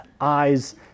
eyes